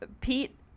Pete